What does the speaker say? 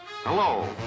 Hello